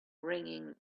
ringing